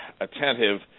attentive